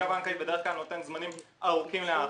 --- בנקאית בדרך כלל נותן זמנים ארוכים להיערכות.